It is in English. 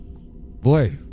Boy